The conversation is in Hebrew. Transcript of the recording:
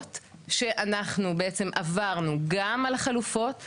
שאנחנו בעצם עברנו גם על החלופות,